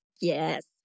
yes